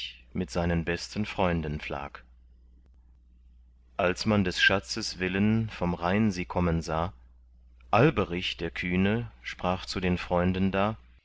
mit seinen besten freunden pflag als man des schatzes willen vom rhein sie kommen sah alberich der kühne sprach zu den freunden da